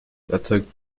erzeugt